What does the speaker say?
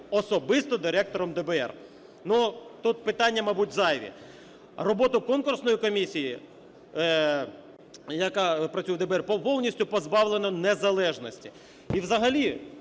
особисто Директором ДБР". Ну, тут питання, мабуть, зайві. Роботу конкурсної комісії, яка працює в ДБР, повністю позбавлено незалежності. І взагалі